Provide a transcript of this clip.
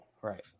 right